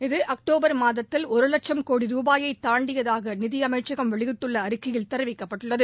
இது அக்டோபர் மாதத்தில் ஒரு லட்சம் கோடி ரூபாயை தாண்டியதாக நிதி அமைச்சகம் வெளியிட்டுள்ள அறிக்கையில் தெரிவிக்கப்பட்டுள்ளது